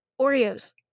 Oreos